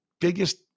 biggest